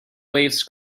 waves